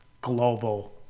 global